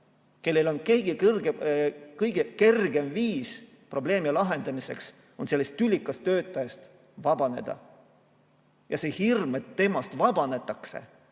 kellel kõige kergem viis probleemi lahendamiseks on sellest tülikast töötajast vabaneda. See hirm, et temast vabanetakse,